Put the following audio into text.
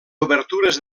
obertures